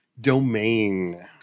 Domain